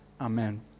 Amen